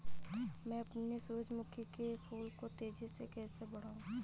मैं अपने सूरजमुखी के फूल को तेजी से कैसे बढाऊं?